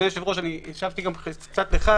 אם תוכל גם להתייחס,